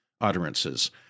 utterances